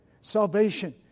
Salvation